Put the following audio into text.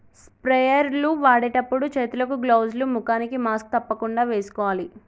sprayer లు వాడేటప్పుడు చేతులకు గ్లౌజ్ లు, ముఖానికి మాస్క్ తప్పకుండా వేసుకోవాలి